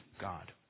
God